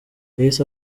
yahise